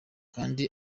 kandi